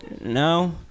No